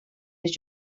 les